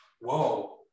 whoa